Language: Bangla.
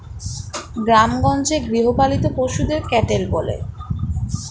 গ্রামেগঞ্জে গৃহপালিত পশুদের ক্যাটেল বলে